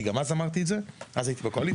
גם אז אמרתי את זה אז הייתי בקואליציה.